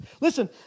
Listen